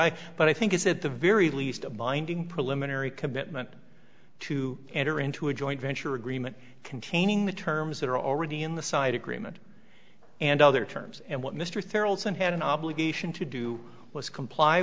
i but i think it's at the very least a binding preliminary commitment to enter into a joint venture agreement containing the terms that are already in the side agreement and other terms and what mr thorold's and had an obligation to do was comply